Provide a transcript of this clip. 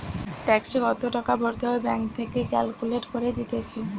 ট্যাক্সে কত টাকা ভরতে হবে ব্যাঙ্ক থেকে ক্যালকুলেট করে দিতেছে